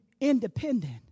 independent